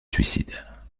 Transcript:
suicide